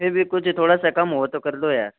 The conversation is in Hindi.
फिर भी कुछ थोड़ा सा कम हो तो कर दो यार